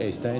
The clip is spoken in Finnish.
öisten